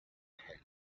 had